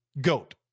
goat